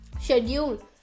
schedule